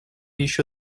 еще